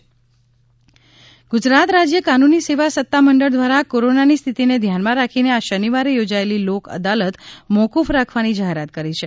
લોક અદાલત ગુજરાત રાજ્ય કાનુની સેવા સત્તા મંડળ દ્વારા કોરોનાની સ્થિતિને ધ્યાનમાં રાખીને આ શનિવારે યોજએલી લોક અદાલત મોફફ રાખવાની જાહેરાત કરી છે